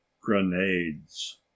Grenades